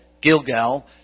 Gilgal